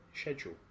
schedule